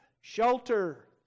shelter